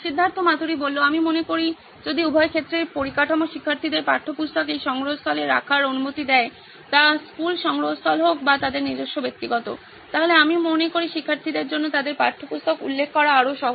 সিদ্ধার্থ মাতুরি আমি মনে করি যদি উভয় ক্ষেত্রেই পরিকাঠামো শিক্ষার্থীদের পাঠ্যপুস্তককে এই সংগ্রহস্থলে রাখার অনুমতি দেয় তা স্কুল সংগ্রহস্থল হোক বা তাদের নিজস্ব ব্যক্তিগত তাহলে আমি মনে করি শিক্ষার্থীদের জন্য তাদের পাঠ্যপুস্তক উল্লেখ করা আরও সহজ